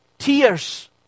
Tears